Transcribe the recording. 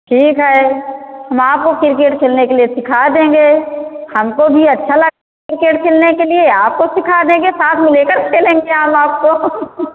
ठीक है हम आपको किरकेट खेलने के लिए सिखा देंगे हमको भी अच्छा लग किरकेट खेलने के लिए आपको सिखा देंगे साथ में लेकर खेलेंगे हम आपको